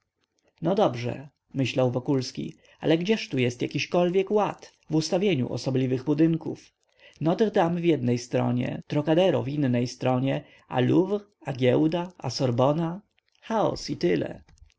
no dobrze myślał wokulski ale gdzież tu jest jakiśkolwiek ład w ustawieniu osobliwych budynków notre dame w jednej stronie trocadero w innej stronie a louvre a giełda a sorbona chaos i tyle